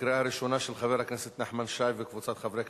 של חבר הכנסת נחמן שי וקבוצת חברי כנסת,